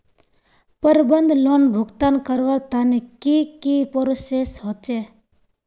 प्रबंधन लोन भुगतान करवार तने की की प्रोसेस होचे?